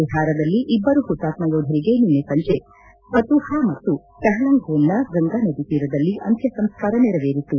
ಬಿಹಾರದಲ್ಲಿ ಇಬ್ಬರು ಹುತಾತ್ಮ ಯೋಧರಿಗೆ ನಿನ್ನೆ ಸಂಜೆ ಫತುಹಾ ಮತ್ತು ಕಹಲಂಗೋನ್ನ ಗಂಗಾನದಿ ತೀರದಲ್ಲಿ ಅಂತ್ಯಸಂಸ್ಕಾರ ನೆರವೇರಿತು